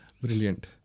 Brilliant